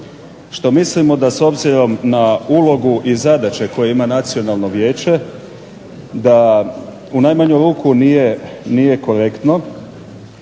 što mislimo da s obzirom na ulogu i zadaće koje ima nacionalno vijeće, da u najmanju ruku nije korektno.